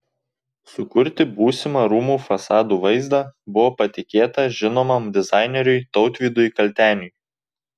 sukurti būsimą rūmų fasadų vaizdą buvo patikėta žinomam dizaineriui tautvydui kalteniui